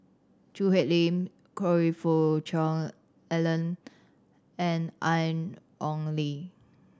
Choo Hwee Lim Choe Fook Cheong Alan and Ian Ong Li